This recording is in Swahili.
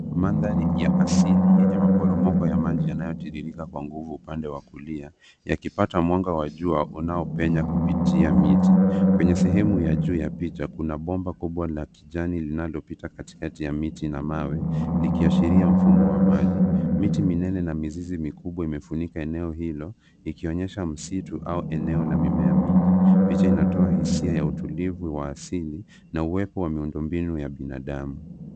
Mandhari ya asili yenye maporomoko ya maji yanayotiririka kwa nguvu upande wa kulia yakipata mwanga wa jua unaopenya kupitia miti, kwenye sehemu ya juu ya picha kuna bomba kubwa la kijani linalopita katikati ya miti na mawe likiashiria mfumo wa maji, miti minene na mizizi mikubwa imefunika eneo hilo ikionyesha msitu au eneo la mimea mingi picha inatoa hisia ya utulivu wa asili na uwepo wa miundo mbinu.